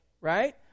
Right